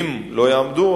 אם לא יעמדו,